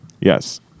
Yes